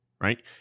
right